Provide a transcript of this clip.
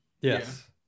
Yes